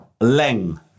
Leng